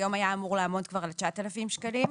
היום היה אמור לעמוד על כ-9,000 שקלים.